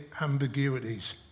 ambiguities